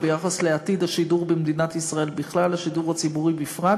ביחס לעתיד השידור במדינת ישראל בכלל והשידור הציבורי בפרט.